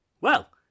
Well